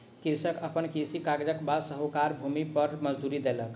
कृषक अपन कृषि काजक बाद साहूकारक भूमि पर मजदूरी केलक